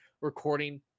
recording